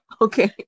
Okay